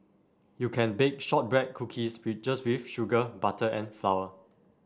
you can bake shortbread cookies with just with sugar butter and flour